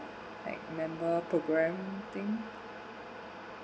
like member program thing